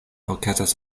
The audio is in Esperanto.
okazas